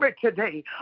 today